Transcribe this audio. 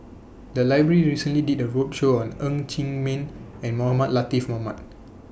The Library recently did A roadshow on Ng Chee Meng and Mohamed Latiff Mohamed